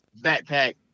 backpack